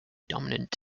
dominant